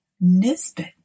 Nisbet